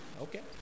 Okay